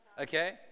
okay